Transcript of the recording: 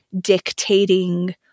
dictating